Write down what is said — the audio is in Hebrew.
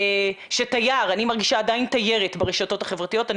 אני מרגישה עדיין תיירת ברשתות החברתיות.